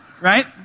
Right